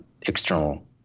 external